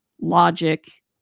logic